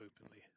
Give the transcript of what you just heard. openly